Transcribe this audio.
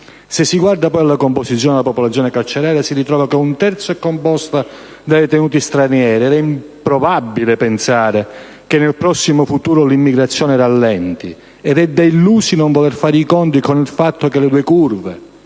Se si guarda poi alla composizione della popolazione carceraria si ritrova che un terzo è composta da detenuti stranieri: è improbabile pensare che nel prossimo futuro l'immigrazione rallenti, ed è da illusi non voler fare i conti con il fatto che le due curve